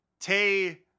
Tay